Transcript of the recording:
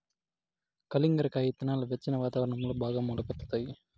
కలింగర కాయ ఇత్తనాలు వెచ్చని వాతావరణంలో బాగా మొలకెత్తుతాయి